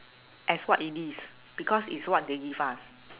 as what it is because is what they give us